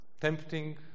tempting